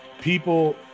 People